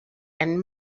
and